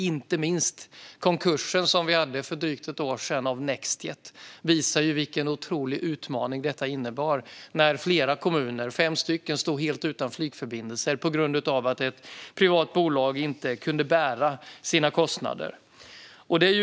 Inte minst Nextjets konkurs för drygt ett år sedan visade vilken otrolig utmaning det innebar när flera kommuner, fem stycken, stod helt utan flygförbindelser på grund av att ett privat bolag inte kunde bära sina kostnader.